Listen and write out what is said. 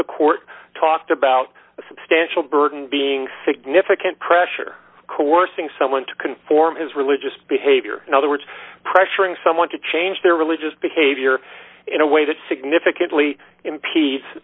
the court talked about a substantial burden being significant pressure coursing someone to conform his religious behavior in other words pressuring someone to change their religious behavior in a way that significantly i